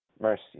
Mercy